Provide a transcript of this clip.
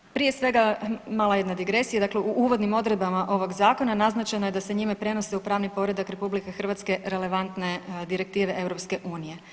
Dakle, prije svega mala jedna digresija, dakle u uvodnim odredbama ovog zakona naznačeno je da se njime prenose u pravni poredak RH relevantne direktive EU.